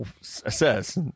says